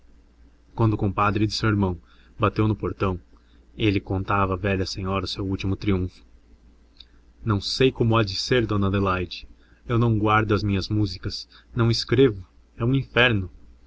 o compadre de seu irmão bateu no portão ele contava à velha senhora o seu último triunfo não sei como há de ser dona adelaide eu não guardo as minhas músicas não escrevo é um inferno